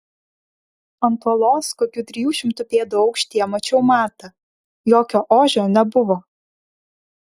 ant uolos kokių trijų šimtų pėdų aukštyje mačiau matą jokio ožio nebuvo